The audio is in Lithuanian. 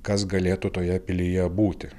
kas galėtų toje pilyje būti